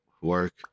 work